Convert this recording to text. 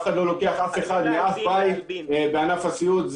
אחד לא לוקח אף אחד מאף בית בענף הסיעוד.